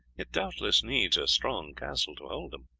it doubtless needs a strong castle to hold them.